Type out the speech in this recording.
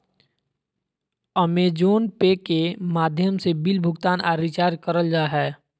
अमेज़ोने pay के माध्यम से बिल भुगतान आर रिचार्ज करल जा हय